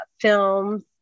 films